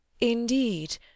Indeed